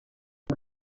the